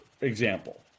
example